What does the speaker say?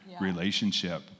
relationship